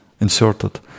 inserted